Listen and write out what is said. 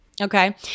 Okay